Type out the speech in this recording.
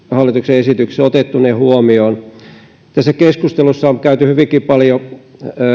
hallituksen esityksessä on nyt otettu tämä huomioon tässä keskustelussa on käytetty hyvinkin paljon